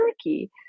Turkey